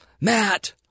Matt